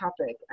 topic